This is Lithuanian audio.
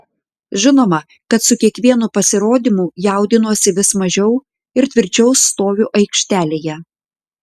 žinoma kad su kiekvienu pasirodymu jaudinuosi vis mažiau ir tvirčiau stoviu aikštelėje